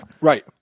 Right